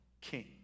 king